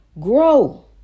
Grow